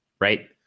right